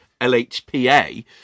LHPA